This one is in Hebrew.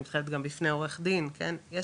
אני מתחייבת גם בפני עורך דין שזה הסטטוס,